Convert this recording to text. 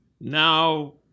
now